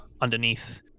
underneath